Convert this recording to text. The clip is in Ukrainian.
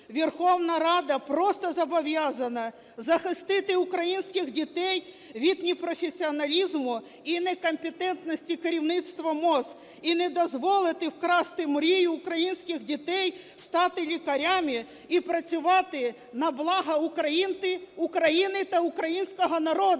Верховна Рада просто зобов'язана захистити українських дітей від непрофесіоналізму і некомпетентності керівництва МОЗ в не дозволити вкрасти мрію українських дітей стати лікарями і працювати на благо України та українського народу.